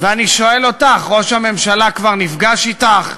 ואני שואל אותך, ראש הממשלה כבר נפגש אתך?